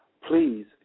Please